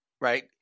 right